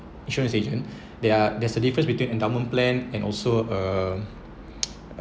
insurance agent there are there's a difference between endowment plan and also uh